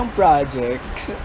projects